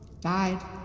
died